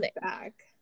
back